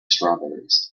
strawberries